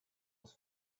was